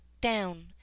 down